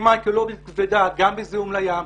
חתימה אקולוגית כבדה, גם בזיהום לים,